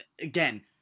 again